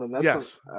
Yes